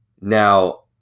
now